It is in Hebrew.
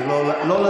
זה לא לדוכן.